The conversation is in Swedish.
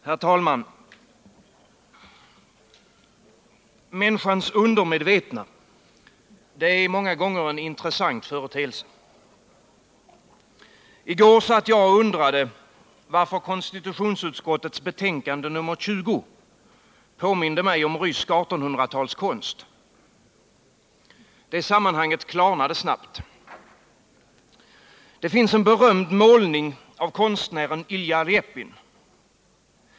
Herr talman! Människans undermedvetna är många gånger en intressant företeelse. I går satt jag och undrade varför konstitutionsutskottets betänkande nr 20 påminde mig om rysk 1800-talskonst. Sammanhanget klarnade snabbt. Det finns en berömd målning av konstnären Ilja Repin.